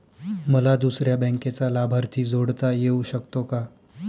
मला दुसऱ्या बँकेचा लाभार्थी जोडता येऊ शकतो का?